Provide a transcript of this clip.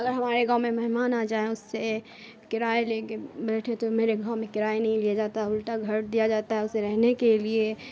اگر ہمارے گاؤں میں مہمان آ جائیں اس سے کرایا لے کے بیٹھیں تو میرے گاؤں میں کرایا نہیں لیا جاتا ہے الٹا گھر دیا جاتا ہے اسے رہنے کے لیے